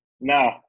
No